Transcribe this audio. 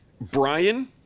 Brian